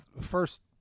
first